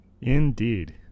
Indeed